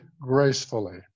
Gracefully